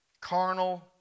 carnal